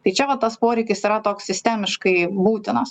tai čia va tas poreikis yra toks sistemiškai būtinas